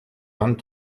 vingt